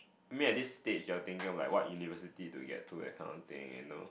make at this stage I thinking like what university to get to accounting you know